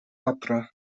adra